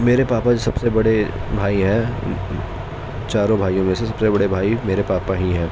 میرے پاپا جو سب سے بڑے بھائی ہیں چاروں بھائیوں میں سب سے بڑے بھائی میرے پاپا ہی ہیں